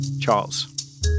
Charles